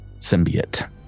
symbiote